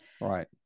Right